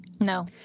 No